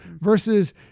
versus